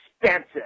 expensive